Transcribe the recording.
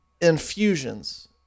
infusions